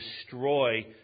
destroy